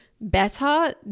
better